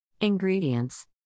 Ingredients